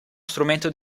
strumento